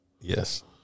Yes